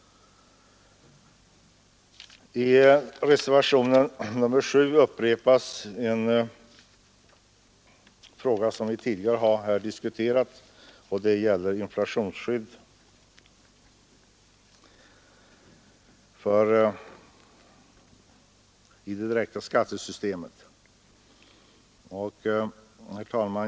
I reservationen 7 aktualiseras på nytt en fråga som vi tidigare har diskuterat, nämligen inflationsskydd i det direkta skattesystemet.